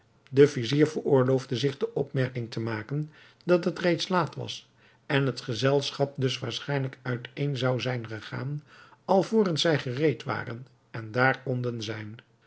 de vizier veroorloofde zich de opmerking te maken dat het reeds laat was en het gezelschap dus waarschijnlijk uit een zou zijn gegaan alvorens zij gereed waren en daar konden zijn